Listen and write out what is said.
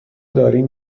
داریم